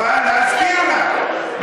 אבל להזכיר לך,